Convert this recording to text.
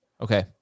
Okay